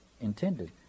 intended